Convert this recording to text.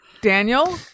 Daniel